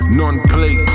non-play